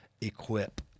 Equip